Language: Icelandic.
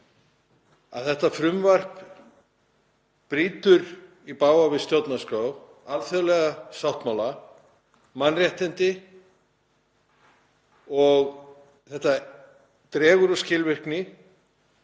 að þetta frumvarp brýtur í bága við stjórnarskrá, alþjóðlega sáttmála, mannréttindi. Þetta dregur úr skilvirkni